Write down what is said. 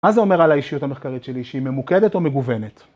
מה זה אומר על האישיות המחקרית שלי שהיא ממוקדת או מגוונת?